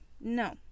no